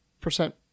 percent